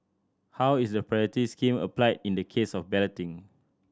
how is the priority scheme applied in the case of balloting